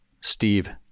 Steve